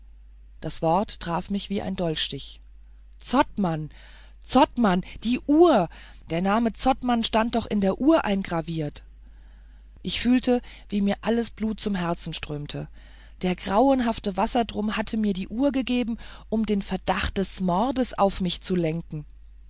das wort traf mich wie ein dolchstich zottmann zottmann die uhr der name zottmann stand doch in der uhr eingraviert ich fühlte wie mir alles blut zum herzen strömte der grauenhafte wassertrum hatte mir die uhr gegeben um den verdacht des mordes auf mich zu lenken